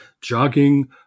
jogging